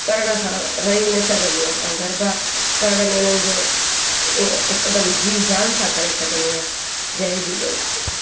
करण खां रही न सघंदी आहियां आऊं गरबा करण महिल जो हिकदमि जी जान सां करे सघंदी आहियां जय झूलेलाल